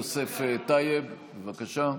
חבר הכנסת יוסף טייב, בבקשה.